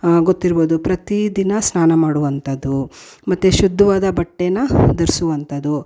ಗೊತ್ತಿರ್ಬೋದು ಪ್ರತೀದಿನ ಸ್ನಾನ ಮಾಡುವಂಥದು ಮತ್ತು ಶುದ್ಧವಾದ ಬಟ್ಟೇನ ಧರ್ಸುವಂಥದು